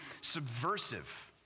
subversive